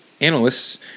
analysts